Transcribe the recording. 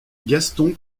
gaston